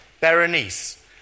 Berenice